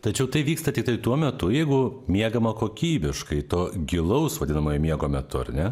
tačiau tai vyksta tiktai tuo metu jeigu miegama kokybiškai to gilaus vadinamojo miego metu ar ne